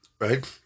right